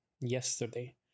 yesterday